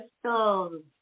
crystals